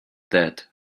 that